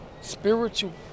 spiritual